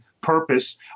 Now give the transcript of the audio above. purpose